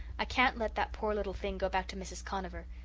i can't let that poor little thing go back to mrs. conover.